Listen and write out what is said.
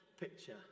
picture